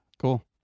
Cool